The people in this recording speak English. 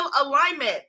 alignment